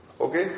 Okay